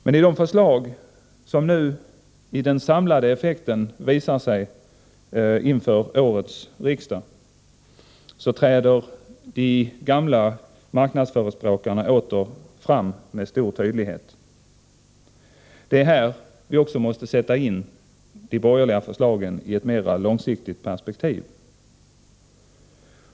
Men den samlade effekten av de borgerliga förslagen till årets riksmöte visar med stor tydlighet att de gamla marknadsförespråkarna åter träder fram. Det är denna samlade effekt av förslagen som vi måste sätta in i ett mera långsiktigt perspektiv.